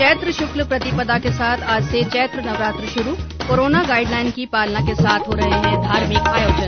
चैत्र शुक्ल प्रतिपदा के साथ आज से चैत्र नवरात्र शुरू कोरोना गाइड लाइन की पालना के साथ हो रहे हैं धार्मिक आयोजन